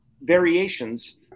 variations